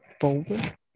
forward